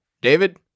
David